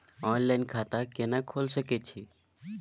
Online खाता केना खोले सकै छी?